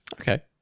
Okay